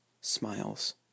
smiles